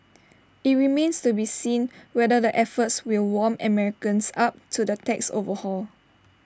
IT remains to be seen whether the efforts will warm Americans up to the tax overhaul